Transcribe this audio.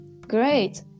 great